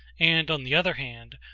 and, on the other hand,